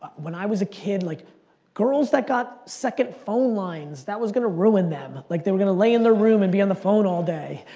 when i was a kid, like girls that got second phone lines, that was gonna ruin them. like they were gonna lay in their room and be on the phone all day.